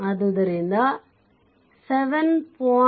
ಆದ್ದರಿಂದ 7